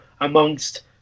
amongst